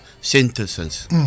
sentences